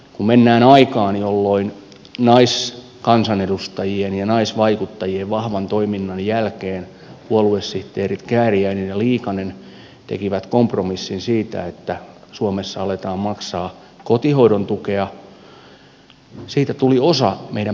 kun mennään aikaan jolloin naiskansanedustajien ja naisvaikuttajien vahvan toiminnan jälkeen puoluesihteerit kääriäinen ja liikanen tekivät kompromissin siitä että suomessa aletaan maksaa kotihoidon tukea siitä tuli osa meidän päivähoitojärjestelmäämme